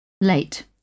LATE